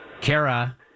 Kara